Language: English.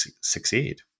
succeed